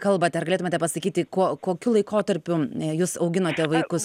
kalbat ar galėtumėte pasakyti kuo kokiu laikotarpiu jūs auginote vaikus